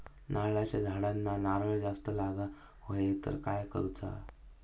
नारळाच्या झाडांना नारळ जास्त लागा व्हाये तर काय करूचा?